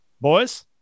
boys